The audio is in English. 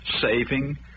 saving